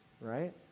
right